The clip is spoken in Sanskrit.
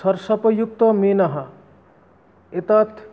शरशप् युक्तमीनः एतत्